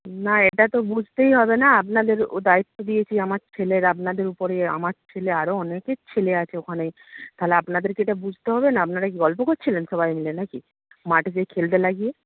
না এটা তো বুঝতেই হবে না আপনাদের ওর দায়িত্ব দিয়েছি আমার ছেলের আপনাদের উপরে আমার ছেলে আরও অনেকের ছেলে আছে ওখানে তাহলে আপনাদেরকে এটা বুঝতে হবে না আপনারা কি গল্প করছিলেন সবাই মিলে নাকি মাঠেতে খেলতে লাগিয়ে